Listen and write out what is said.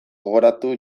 gogoratu